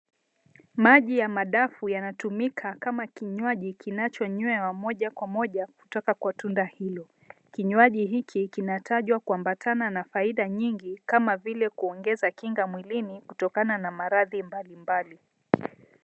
Maji ya madafu yanatumika kama kinywaji kinachonywewa moja kwa moja kutoka kwa tunda hilo. Kinywaji hiki kinatajwa kuambatana na faida nyingi kama vile kuongeza kinga mwilini kutokana na maradhi mbalimbali.